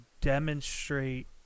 demonstrate